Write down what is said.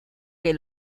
que